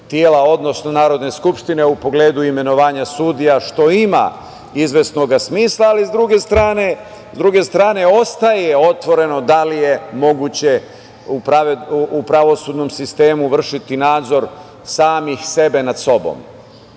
tela, odnosno Narodne skupštine u pogledu imenovanja sudija, što ima izvesnog smisla, ali s druge strane, ostaje otvoreno da li je moguće u pravosudnom sistemu vršiti nadzor samih sebe nad sobom.